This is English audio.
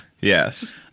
Yes